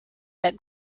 that